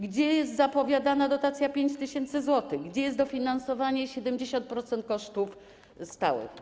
Gdzie jest zapowiadana dotacja - 5 tys. zł - gdzie jest dofinansowanie 70% kosztów stałych?